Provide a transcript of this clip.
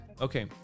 okay